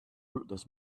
rootless